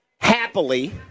happily